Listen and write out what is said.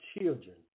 children